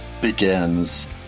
begins